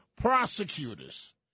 prosecutors